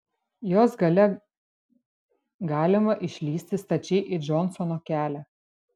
jos gale galima išlįsti stačiai į džonsono kelią